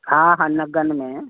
हा हा नगनि में